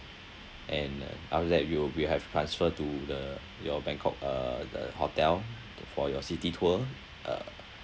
and uh after that we will we'll have transfer to the your bangkok uh the hotel for your city tour ah